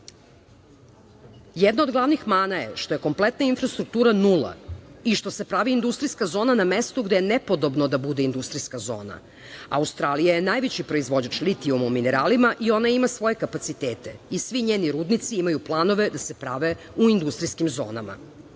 zone. Jedna od glavnih mana je što je kompletna infrastruktura nula i što se pravi industrijska zona na mestu gde je nepodobno da bude industrijska zona. Australija je najveći proizvođač litijuma u mineralima i ona ima svoje kapacitete i svi njeni rudnici imaju planove da se prave u industrijskim zonama.